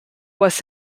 was